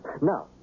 Now